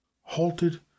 halted